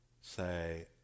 say